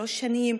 שלוש שנים,